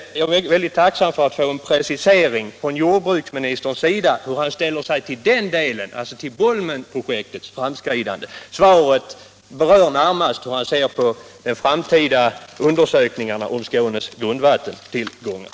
Därför vore jag mycket tacksam att få en precisering från jordbruksministerns sida av hur han ställer sig till Bolmenprojektets framåtskridande, närmast hur han ser på av länsstyrelserna i Malmöhus och Kristianstads län begärda kompletterande undersökningar av Skånes grundvattentillgångar.